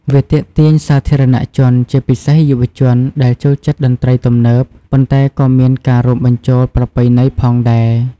វាទាក់ទាញសាធារណជនជា ពិសេសយុវជន ដែលចូលចិត្តតន្ត្រីទំនើប ប៉ុន្តែក៏មានការរួមបញ្ជូលប្រពៃណីផងដែរ។